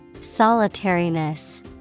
Solitariness